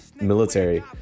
military